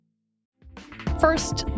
First